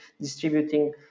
distributing